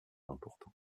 important